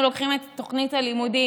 כשאנחנו לוקחים את תוכנית הלימודים,